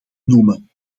noemen